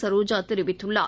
சரோஜா தெரிவித்துள்ளார்